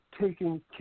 taking